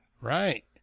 Right